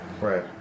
Right